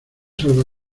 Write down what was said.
salva